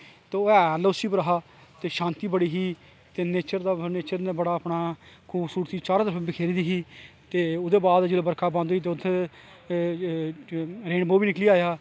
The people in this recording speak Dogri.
ते ओ् है ऐल ओ सी पर हा ते शांती बड़ी ही ते नेचर दा बड़ा खूबसूरती चारो ओर बखेरी दी ही ते ओह्दे बाद जिसलै बर्खा बंद होई ते उत्थें रेनवो बी निकली आया